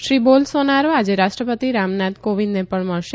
Shri Bolsonaro આજે રાષ્ટ્રપતિ રામનાથ કોવિંદને પણ મળશે